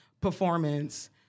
performance